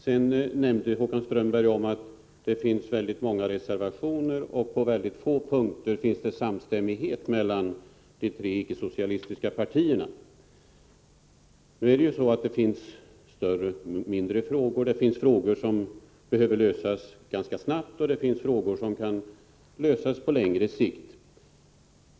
Sedan nämnde Håkan Strömberg att det finns många reservationer och att det på mycket få punkter råder samstämmighet mellan de tre ickesocialistiska partierna. Nu finns det ju större och mindre frågor. Det finns frågor som behöver lösas ganska snabbt, och det finns frågor som kan lösas på längre sikt.